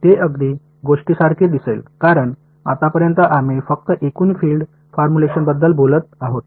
हे अगदी स्पष्ट गोष्टीसारखे दिसेल कारण आतापर्यंत आम्ही फक्त एकूण फील्ड फॉर्म्युलेशनबद्दल बोलत आहोत